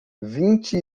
vinte